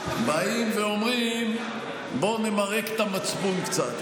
באים ואומרים, בוא נמרק את המצפון קצת.